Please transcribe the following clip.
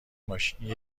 ماشین